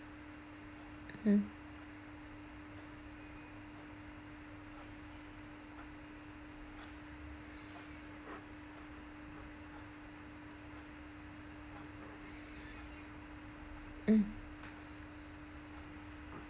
mm mm